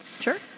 Sure